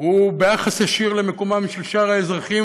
הוא ביחס ישיר למקומם של שאר האזרחים